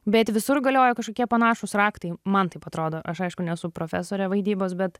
bet visur galioja kažkokie panašūs raktai man taip atrodo aš aišku nesu profesorė vaidybos bet